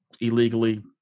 illegally